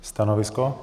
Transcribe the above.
Stanovisko?